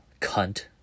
cunt